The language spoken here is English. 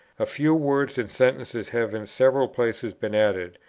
a few words and sentences have in several places been added,